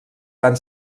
van